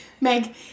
Meg